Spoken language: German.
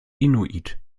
inuit